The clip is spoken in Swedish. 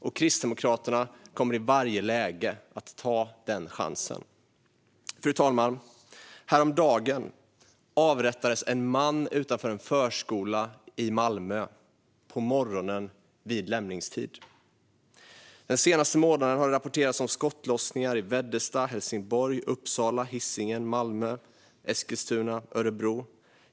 Kristdemokraterna kommer i varje läge att ta den chansen. Fru talman! Häromdagen avrättades en man utanför en förskola i Malmö på morgonen, vid lämningstid. Den senaste månaden har det rapporterats om skottlossningar i Veddesta, Helsingborg, Uppsala, Hisingen, Malmö, Eskilstuna och Örebro.